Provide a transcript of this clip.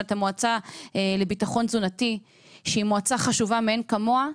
את המועצה לביטחון תזונתי שהיא מועצה חשובה מאין כמוה,